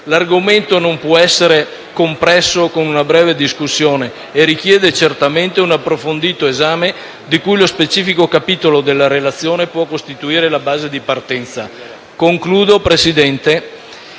L'argomento non può essere compresso in una breve discussione e richiede certamente un approfondito esame, di cui lo specifico capitolo della relazione può costituire la base di partenza. Concludo, signor